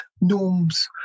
norms